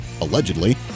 allegedly